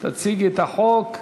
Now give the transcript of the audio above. תציגי את החוק.